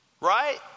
Right